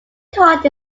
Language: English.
card